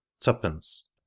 tuppence